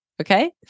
Okay